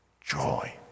joy